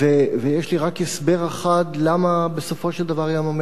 יש לי רק הסבר אחד למה בסופו של דבר ים-המלח